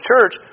church